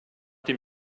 dem